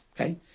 Okay